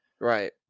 Right